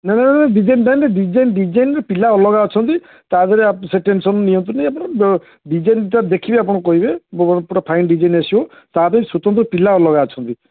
ନା ନା ନା ନାହିଁ ଡିଜାଇନ୍ ନାହିଁ ଡିଜାଇନ୍ ଡିଜାଇନ୍ରେ ପିଲା ଅଲଗା ଅଛନ୍ତି ତା'ଦେହରେ ସେ ଟେନସନ୍ ନିଅନ୍ତୁନି ଆପଣ ଡିଜାଇନ୍ଟା ଦେଖିବେ ଆପଣ କହିବେ ବୋବାଲ ପୁରା ଫାଇନ୍ ଡିଜାଇନ୍ ଆସିବ ତା'ପାଇଁ ସ୍ୱତନ୍ତ୍ର ପିଲା ଅଲଗା ଅଛନ୍ତି